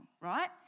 right